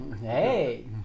Hey